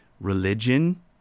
religion